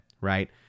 right